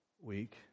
week